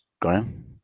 Graham